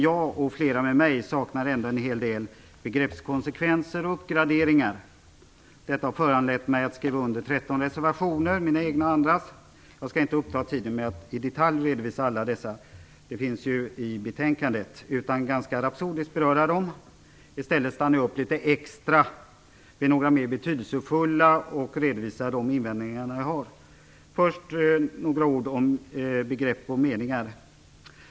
Jag, och flera med mig, saknar ändå en hel del begreppskonsekvenser och uppgraderingar. Detta har föranlett mig att skriva under 13 reservationer - både egna och andras. Jag skall inte uppta tiden med att i detalj redovisa alla dessa - de finns ju i betänkandet - utan jag skall ganska rapsodiskt beröra dem. Däremot stannar jag upp litet extra vid några mera betydelsefulla för att redovisa de invändningar som jag har. Först några ord om begrepp och meningar.